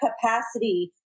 capacity